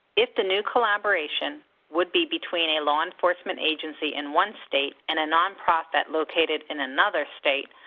if the new collaboration would be between a law enforcement agency and one state, and a nonprofit located in another state,